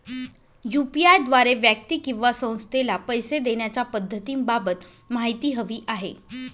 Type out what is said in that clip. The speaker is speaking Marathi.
यू.पी.आय द्वारे व्यक्ती किंवा संस्थेला पैसे देण्याच्या पद्धतींबाबत माहिती हवी आहे